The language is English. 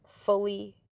fully